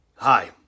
Hi